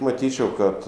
matyčiau kad